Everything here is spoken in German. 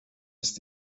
ist